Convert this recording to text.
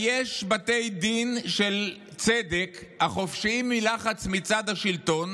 היש בתי דין של צדק החופשיים מלחץ מצד השלטון